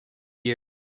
year